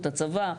הצבא.